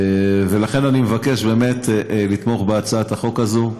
לכן אני מבקש, באמת, לתמוך בהצעת החוק הזאת.